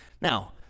Now